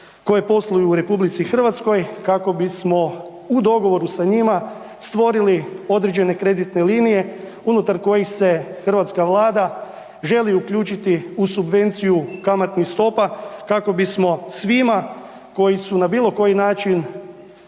koje posluju u RH kako bismo u dogovoru sa njima stvorili određene kreditne linije unutar kojih se hrvatska Vlada želi uključiti u subvenciju kamatnih stopa kako bismo svima koji su na bilo koji način